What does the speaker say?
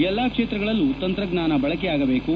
ಎಲ್ಲಾ ಕ್ಷೇತ್ರಗಳಲ್ಲೂ ತಂತ್ರಜ್ವಾನ ಬಳಕೆಯಾಗಬೇಕು